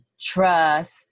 trust